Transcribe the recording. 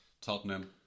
Tottenham